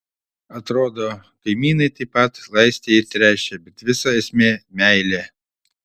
atrodo kaimynai taip pat laistė ir tręšė bet visa esmė meilė